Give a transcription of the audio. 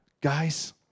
Guys